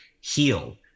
heal